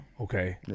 Okay